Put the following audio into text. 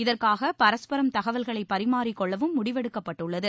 இதற்காக பரஸ்பரம் தகவல்களை பரிமாறிக்கொள்ளவும் முடிவெடுக்கபட்டுள்ளது